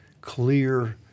clear